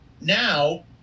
now